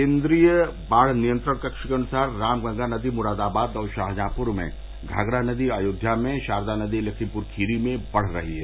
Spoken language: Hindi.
केन्द्रीय बाढ़ नियंत्रण कक्ष के अनुसार रामगंगा नदी मुरादाबाद और षाहजहांपुर में घाघरा नदी अयोध्या में षारदा नदी लखीमपुर खीरी में बढ़ रही है